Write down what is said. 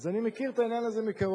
אז אני מכיר את העניין הזה מקרוב,